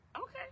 Okay